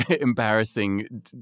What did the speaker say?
embarrassing